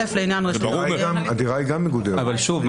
אבל שוב,